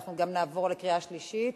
אנחנו גם נעבור לקריאה שלישית?